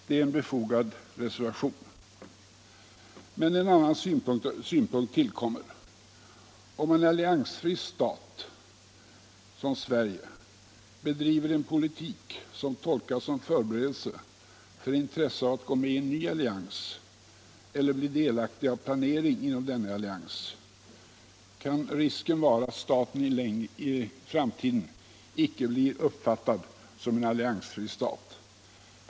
Det är en befogad reservation. Men en annan synpunkt tillkommer. Om en alliansfri stat bedriver en politik som tolkas som förberedelse för att gå med i en ny allians eller bli delaktig av planering inom denna allians, kan risken vara att staten i framtiden icke uppfattas som en alliansfri stat.